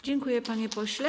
Dziękuję, panie pośle.